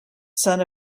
son